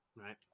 Right